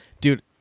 dude